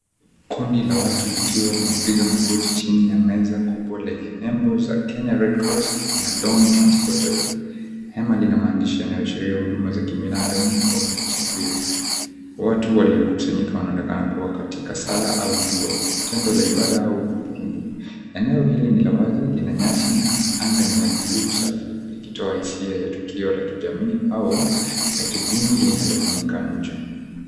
Kundi la watu likiwa limepiga magoti chini ya meza kubwa lenye nembo za, Kenya Redcross na Don Transporters. Hema lina maandishi yanayoashiria huduma za kibinadamu au usafiri. Watu waliokusanyika wanaonekana kuwa katika sala au dua, tendo la ibada au kumbukumbu. Eneo hili ni la wazi lina nyasi na anga ni ya blue safi likitoa hisia ya tukio la kijamii au la kidini linalofanyika nje.